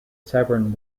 severn